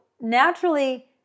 naturally